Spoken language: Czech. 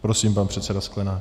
Prosím, pan předseda Sklenák.